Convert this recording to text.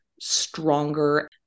stronger